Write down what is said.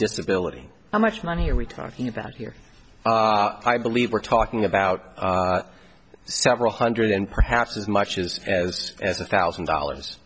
disability how much money are we talking about here i believe we're talking about several hundred and perhaps as much as as as a thousand dollars